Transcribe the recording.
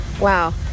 wow